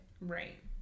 Right